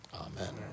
Amen